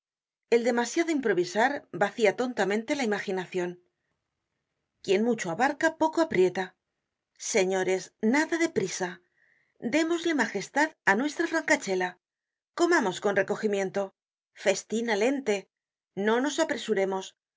el demasiado improvisar vacia tontamente la imaginacion quien mucho abarca poco aprieta señores nada de prisa démosle magostad á nuestra francachela comamos con recogimiento festina lente no nos apresuremos